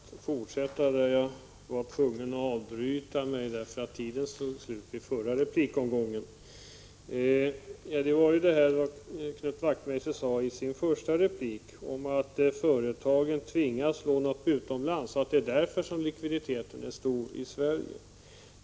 Herr talman! Låt mig fortsätta där jag blev tvungen att avbryta mitt inlägg på grund av att taletiden var slut i den förra replikomgången. Knut Wachtmeister sade i sin första replik att företagen tvingas låna upp kapital utomlands och att det är därför likviditeten är stor i Sverige.